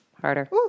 Harder